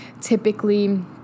Typically